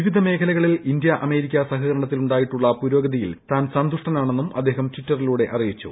വിവിധ മേഖലകളിൽ India America സഹകരണത്തിൽ ഉണ്ടായിട്ടുള്ള പുരോഗതിയിൽ താൻ സന്തുഷ്ടനാണെന്നും അദ്ദേഹം ടിറ്ററിലൂടെ അറിയിച്ചു